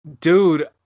Dude